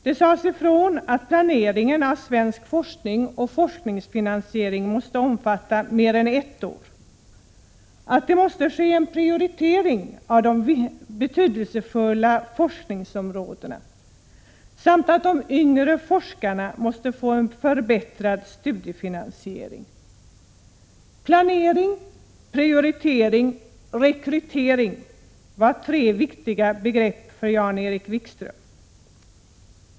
Det konstaterades att planeringen av svensk forskning och av forskningens finansiering måste omfatta mer än ett år, att det måste ske en prioritering av de mest betydelsefulla forskningsområdena samt att de yngre forskarna måste få en förbättrad studiefinansiering. Planering, prioritering och rekrytering var tre viktiga begrepp för Jan-Erik Wikström.